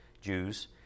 Jews